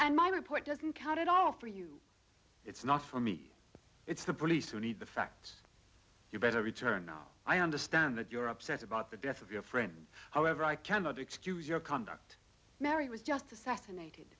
and my report doesn't count at all for you it's not for me it's the police who need the facts you better return now i understand that you're upset about the death of your friend however i cannot excuse your conduct mary was just assassinated